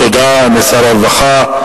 תודה לשר הרווחה.